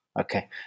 okay